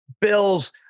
Bills